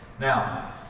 Now